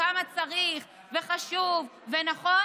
וכמה צריך וחשוב ונכון,